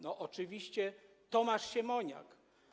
No oczywiście Tomasz Siemoniak.